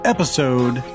Episode